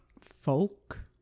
folk